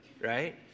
right